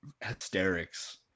hysterics